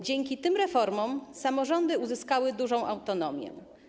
Dzięki tym reformom samorządy uzyskały dużą autonomię.